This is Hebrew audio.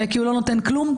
כי הוא לא נותן כלום.